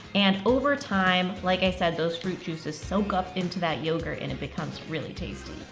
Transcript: and over time, like i said, those fruit juices soak up into that yogurt and it becomes really tasty.